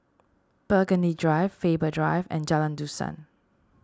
Burgundy Drive Faber Drive and Jalan Dusan